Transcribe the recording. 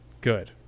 good